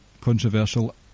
controversial